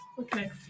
Okay